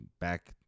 back